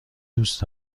دوست